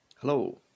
hello